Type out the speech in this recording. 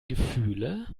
gefühle